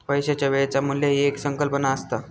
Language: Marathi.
पैशाच्या वेळेचा मू्ल्य ही एक संकल्पना असता